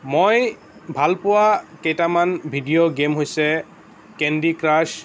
মই ভাল পোৱা কেইটামান ভিডিঅ' গেম হৈছে কেণ্ডি ক্ৰাছ